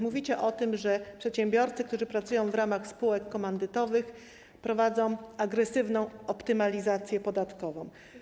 Mówicie o tym, że przedsiębiorcy, którzy pracują w ramach spółek komandytowych, prowadzą agresywną optymalizację podatkową.